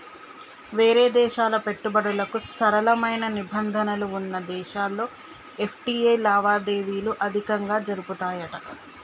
వేరే దేశాల పెట్టుబడులకు సరళమైన నిబంధనలు వున్న దేశాల్లో ఎఫ్.టి.ఐ లావాదేవీలు అధికంగా జరుపుతాయట